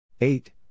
eight